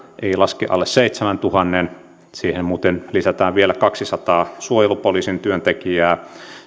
ei laske alle seitsemäntuhannen siihen muuten lisätään vielä kahdensadan suojelupoliisin työntekijää